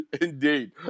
Indeed